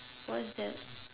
what's that